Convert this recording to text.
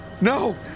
No